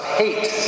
hate